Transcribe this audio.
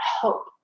hope